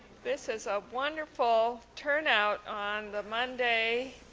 this is a wonderful turnout on the monday,